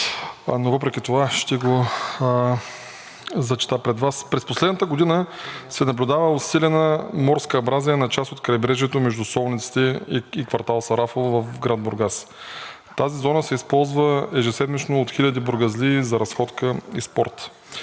но въпреки това ще го зачета пред Вас. През последната година се наблюдава усилена морска абразия на част от крайбрежието между солниците и квартал „Сарафово“ в град Бургас. Тази зона се използва ежеседмично от хиляди бургазлии за разходка и спорт.